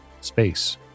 space